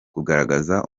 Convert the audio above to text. kugaragaza